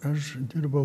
aš dirbau